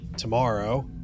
tomorrow